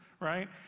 right